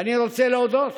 ואני רוצה להודות